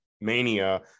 Mania